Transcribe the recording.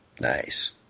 Nice